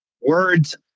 words